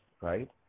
right